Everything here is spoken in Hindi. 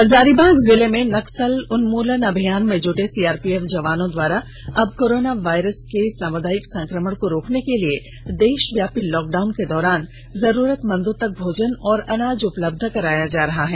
हजारीबाग जिले में नक्सल उन्मूलन अभियान में जुटे सीआरपीएफ जवानों द्वारा अब कोरोना वायरस के सामुदायिक संकमण को रोकने के लिए देशव्यापी लॉकडाउन के दौरान जरूरतमंदों तक भोजन और अनाज उपलब्ध कराया जा रहा है